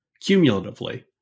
cumulatively